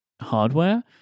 hardware